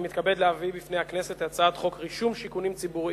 אני מתכבד להביא בפני הכנסת את הצעת חוק רישום שיכונים ציבוריים